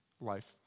life